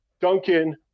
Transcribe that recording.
Duncan